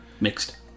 mixed